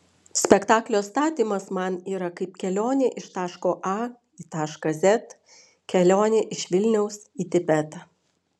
spektaklio statymas man yra kaip kelionė iš taško a į tašką z kelionė iš vilniaus į tibetą